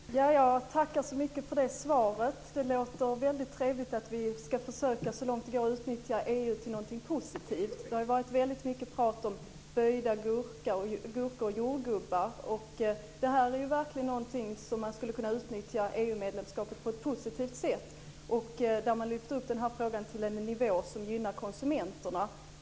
Fru talman! Jag tackar så mycket för det svaret. Det låter trevligt att vi så långt det går ska försöka utnyttja EU till någonting positivt. Det har ju varit väldigt mycket prat om böjda gurkor och om jordgubbar, men detta är verkligen någonting där man skulle kunna utnyttja EU-medlemskapet på ett positivt sätt. Man lyfter också upp frågan till en nivå som gynnar konsumenterna.